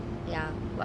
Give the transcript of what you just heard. ya [what]